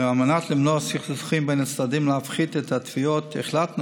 על מנת למנוע סכסוכים בין הצדדים ולהפחית את התביעות החלטנו